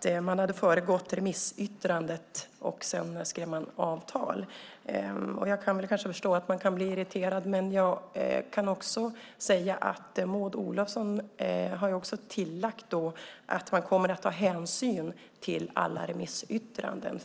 skriver man att regeringen föregått remissyttrandet och skrivit avtal. Jag kan förstå att man kan bli irriterad, men jag kan säga att Maud Olofsson har tillagt att man kommer att ta hänsyn till alla remissyttranden.